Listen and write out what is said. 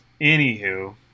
Anywho